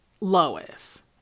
Lois